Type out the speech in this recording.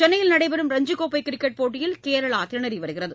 சென்னையில் நடைபெறும் ரஞ்சிக்கோப்பை கிரிக்கெட் போட்டியில் கேரளா திணறி வருகிறது